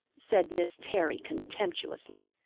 said miss terry contemptuously.